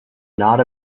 not